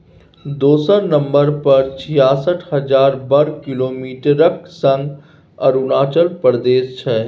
दोसर नंबर पर छियासठ हजार बर्ग किलोमीटरक संग अरुणाचल प्रदेश छै